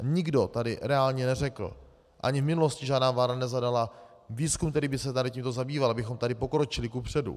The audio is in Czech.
Nikdo tady reálně neřekl a ani v minulosti žádná vláda nezadala výzkum, který by se tímto zabýval, abychom tady pokročili kupředu.